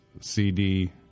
CD